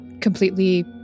completely